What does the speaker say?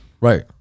Right